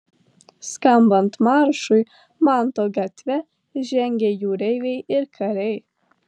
skambant maršui manto gatve žengė jūreiviai ir kariai